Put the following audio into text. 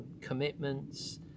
commitments